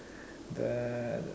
the